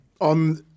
On